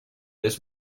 this